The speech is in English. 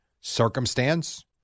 circumstance